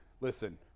listen